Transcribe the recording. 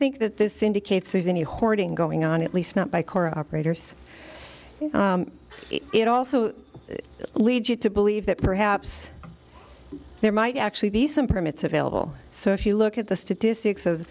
think that this indicates there's any hoarding going on at least not by core operators it also leads you to believe that perhaps there might actually be some permits available so if you look at the statistics of